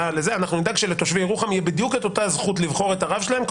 נדאג שלתושבי ירוחם תהיה בדיוק אותה זכות לבחור את הרב שלהם,